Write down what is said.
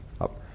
up